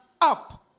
up